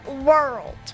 world